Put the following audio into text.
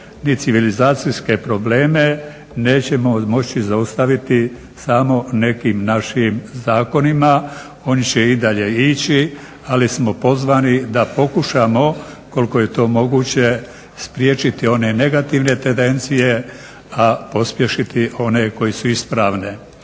Ni civilizacijske probleme nećemo moći zaustaviti samo nekim našim zakonima, oni će i dalje ići, ali smo pozvani da pokušamo koliko je to moguće spriječiti one negativne tendencije, a pospješiti one koje su ispravne.